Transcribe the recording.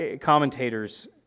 Commentators